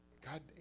god